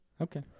Okay